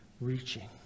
reaching